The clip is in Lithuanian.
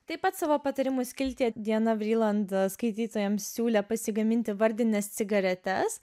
taip pat savo patarimų skiltyje diana vriland skaitytojams siūlė pasigaminti vardines cigaretes